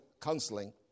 Counseling